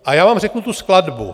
A já vám řeknu tu skladbu.